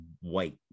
white